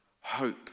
Hope